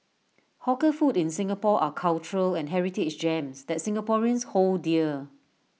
hawker food in Singapore are cultural and heritage gems that Singaporeans hold dear